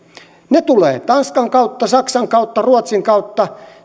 he tulevat tanskan kautta saksan kautta ruotsin kautta